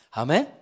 amen